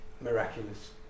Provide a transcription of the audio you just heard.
miraculous